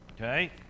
Okay